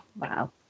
wow